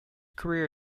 career